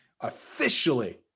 officially